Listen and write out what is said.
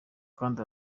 kandi